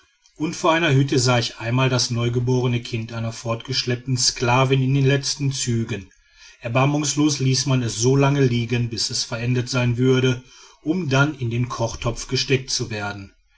und vor einer hütte sah ich einmal das neugeborene kind einer fortgeschleppten sklavin in den letzten zügen erbarmungslos ließ man es solange liegen bis es verendet sein würde um dann in den kochtopf gesteckt zu werden